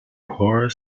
poor